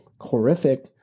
horrific